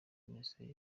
minisiteri